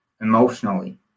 emotionally